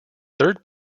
third